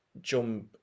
jump